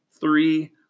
three